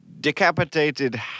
Decapitated